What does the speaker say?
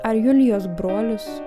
ar julijos brolis